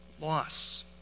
loss